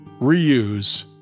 reuse